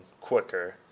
quicker